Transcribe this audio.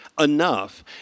enough